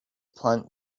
plant